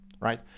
right